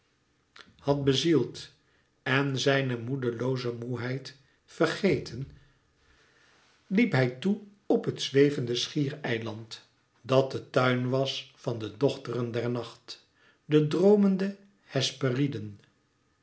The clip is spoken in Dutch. had bezield en zijne moedelooze moêheid vergeten liep hij toe op het zwevende schiereiland dat de tuin was van de dochteren der nacht de droomende